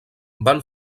van